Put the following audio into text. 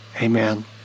Amen